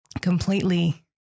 completely